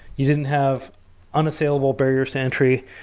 you didn't have unassailable barriers entry,